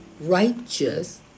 righteous